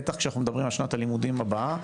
בטח כשאנחנו מדברים על שנת הלימודים הבאה.